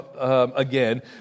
again